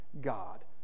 God